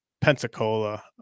Pensacola